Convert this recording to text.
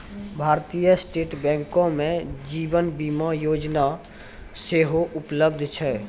भारतीय स्टेट बैंको मे जीवन बीमा योजना सेहो उपलब्ध छै